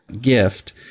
gift